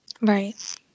Right